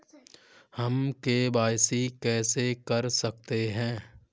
हम के.वाई.सी कैसे कर सकते हैं?